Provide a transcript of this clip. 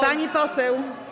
Pani poseł.